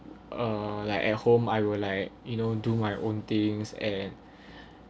uh like at home I will like you know do my own things and